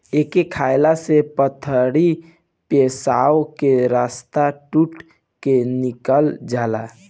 एके खाएला से पथरी पेशाब के रस्ता टूट के निकल जाला